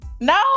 No